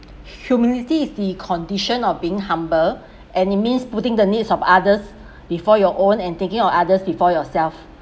humility is the condition of being humble and it means putting the needs of others before your own and thinking of others before yourself